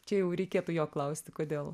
čia jau reikėtų jo klausti kodėl